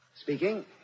Speaking